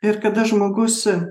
ir kada žmogus